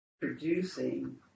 producing